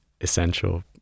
essential